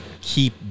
keep